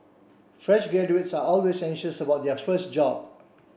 fresh graduates are always anxious about their first job